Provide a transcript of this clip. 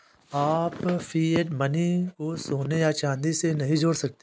आप fiat money को सोने या चांदी से नहीं जोड़ सकते